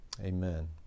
Amen